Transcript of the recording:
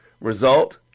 Result